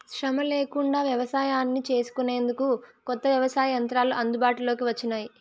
శ్రమ లేకుండా వ్యవసాయాన్ని చేసుకొనేందుకు కొత్త వ్యవసాయ యంత్రాలు అందుబాటులోకి వచ్చినాయి